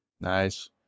Nice